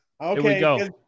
Okay